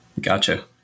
Gotcha